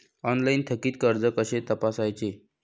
Online थकीत कर्ज कसे तपासायचे?